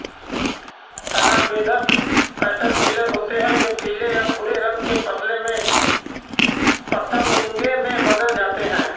तना बेधक कैटरपिलर होते हैं जो पीले या भूरे रंग के पतंगे में बदल जाते हैं